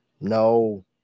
No